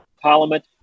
Parliament